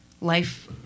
life